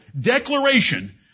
declaration